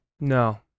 No